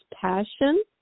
passion